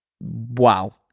wow